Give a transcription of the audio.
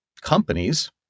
companies